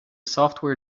software